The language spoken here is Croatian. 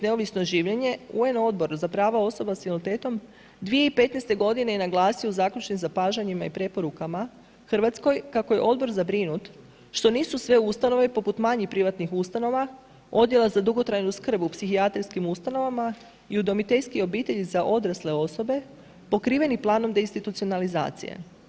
Neovisno življenje UN odboru za prava osoba s invaliditetom 2015. godine je naglasio u zaključnim zapažanjima i preporukama Hrvatskoj kako je odbor zabrinut što nisu sve ustanove, poput manjih privatnih ustanova, odjela za dugotrajnu skrb u psihijatrijskim ustanovama i udomiteljski obitelji za odrasle osobe pokriveni planom deinstitucionalizacije.